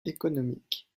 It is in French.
économiques